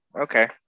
Okay